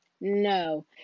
No